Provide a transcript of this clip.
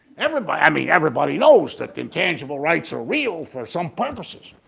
everybody i mean everybody knows that intangible rights are real for some purposes.